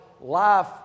life